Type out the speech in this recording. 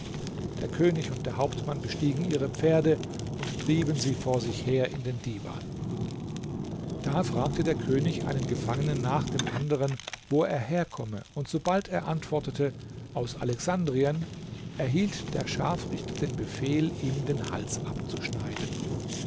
der könig und der hauptmann bestiegen ihre pferde und trieben sie vor sich her in den divan da fragte der könig einen gefangenen nach dem andern wo er herkomme und sobald er antwortete aus alexandrien erhielt der scharfrichter den befehl ihm den hals abzuschneiden